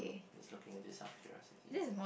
just looking at this out of curiosity